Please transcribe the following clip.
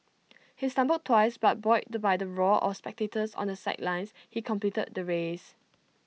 he stumbled twice but buoyed by the roar of spectators on the sidelines he completed the race